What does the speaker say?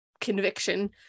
conviction